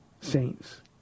saints